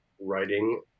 writing